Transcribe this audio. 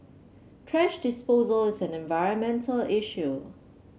thrash disposal is an environmental issue